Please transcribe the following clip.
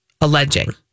alleging